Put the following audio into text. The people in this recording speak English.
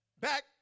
back